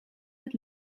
het